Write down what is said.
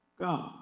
God